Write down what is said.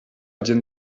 gent